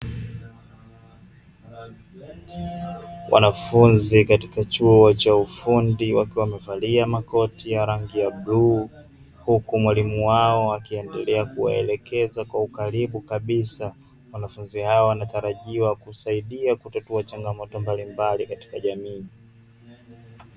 Wanafunzi katika chuo cha ufundi wakiwa wamevalia makoti ya rangi ya bluu huku mwalimu wao akiendelea kuwaelekeza kwa ukaribu kabisa wanafunzi hao wanatarajiwa kusaidia kutatua changamoto mbalimbali katika jamii.